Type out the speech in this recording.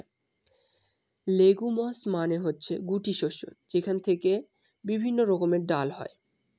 legumes মানে হচ্ছে গুটি শস্য যেখান থেকে বিভিন্ন রকমের ডাল হয়